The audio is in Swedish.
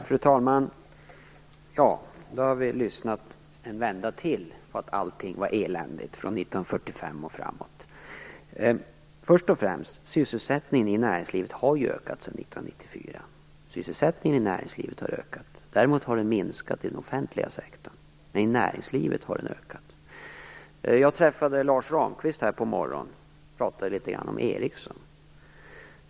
Fru talman! Då har vi lyssnat en vända till på synpunkten att allt har varit eländigt från 1945 och framåt. Men sysselsättningen i näringslivet har faktiskt ökat sedan 1994. Sysselsättningen i näringslivet har ökat, däremot har sysselsättningen minskat i den offentliga sektorn. I näringslivet har den alltså ökat. Jag träffade Lars Ramqvist i morse, och vi pratade litet grand om Ericsson.